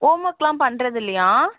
home ஒர்க்குகெலாம் பண்ணுறது இல்லையா